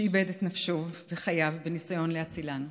שאיבד את נפשו ואת חייו בניסיון להצילן.